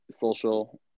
social